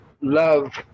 love